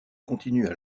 continuent